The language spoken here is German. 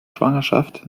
schwangerschaft